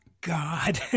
God